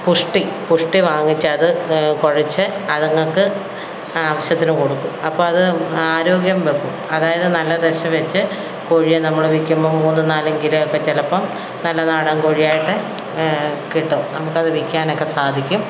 പുഷ്ടി പുഷ്ടി വാങ്ങിച്ചത് കുഴച്ച് അതുങ്ങള്ക്ക് ആവശ്യത്തിന് കൊടുക്കും അപ്പോഴത് ആരോഗ്യംവയ്ക്കും അതായത് നല്ല ദശ വച്ച് കോഴിയെ നമ്മള് വില്ക്കുമ്പോള് മൂന്നും നാലും കിലോയൊക്കെ ചിലപ്പോള് നല്ല നാടൻ കോഴിയാകട്ടെ കിട്ടും നമുക്കത് വില്ക്കാനൊക്കെ സാധിക്കും